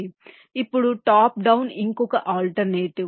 ఇప్పుడు top down ఇంకొక alternative